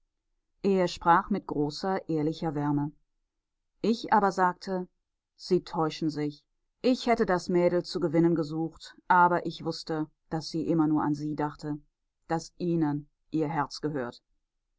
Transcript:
er sprach mit großer ehrlicher wärme ich aber sagte sie täuschen sich ich hätte das mädel zu gewinnen gesucht aber ich wußte daß sie immer nur an sie dachte daß ihnen ihr herz gehört